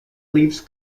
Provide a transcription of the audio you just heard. leafs